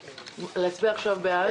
וכדאי לשמור עליו.